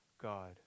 God